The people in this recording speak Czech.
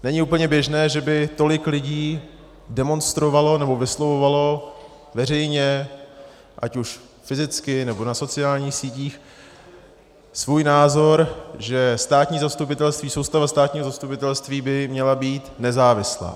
Není úplně běžné, že by tolik lidí demonstrovalo nebo vyslovovalo veřejně, ať už fyzicky, nebo na sociálních sítích, svůj názor, že státní zastupitelství, soustava státního zastupitelství by měla být nezávislá.